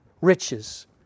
riches